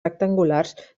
rectangulars